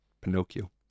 Pinocchio